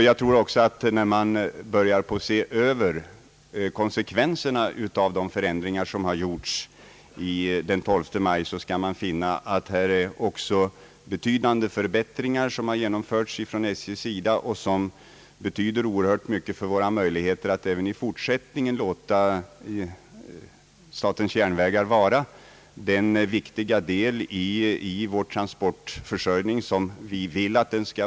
Jag tror också att man, om man vill överblicka konsekvenserna av de förändringar som har gjorts den 12 maj, skall finna att betydande förbättringar har genomförts från SJ:s sida, förbättringar som betyder mycket för våra möjligheter att även i fortsättningen låta SJ vara den viktiga del av vår transportförsörjning som vi önskar.